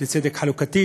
חיילי